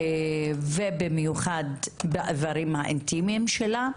ובמיוחד, באיברים האינטימיים שלה.